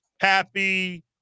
happy